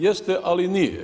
Jeste, ali nije.